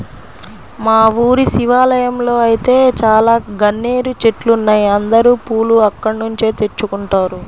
మా ఊరి శివాలయంలో ఐతే చాలా గన్నేరు చెట్లున్నాయ్, అందరూ పూలు అక్కడ్నుంచే తెచ్చుకుంటారు